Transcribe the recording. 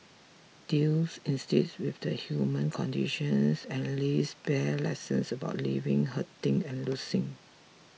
deals instead with the human conditions and lays bare lessons about living hurting and losing